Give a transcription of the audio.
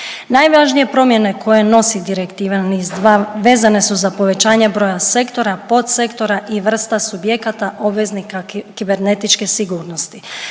Najvažnije promjene koje nosi Direktiva NIS2 vezane su za povećanje broja sektora, podsektora i vrsta subjekata obveznika kibernetičke sigurnosti.